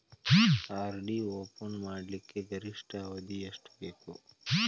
RD open ಮಾಡಲಿಕ್ಕ ಗರಿಷ್ಠ ಅವಧಿ ಎಷ್ಟ ಬೇಕು?